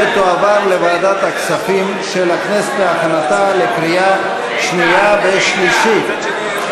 ותועבר לוועדת הכספים של הכנסת להכנתה לקריאה שנייה ושלישית.